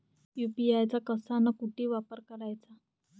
UPI चा कसा अन कुटी वापर कराचा?